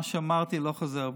מה שאמרתי, לא חוזר בי.